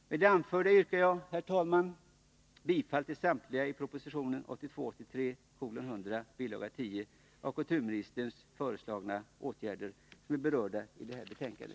Med det anförda yrkar jag också, herr talman, bifall till samtliga de i proposition 1982/83:100, bil. 10, av kulturministern föreslagna åtgärder som är berörda i detta betänkande.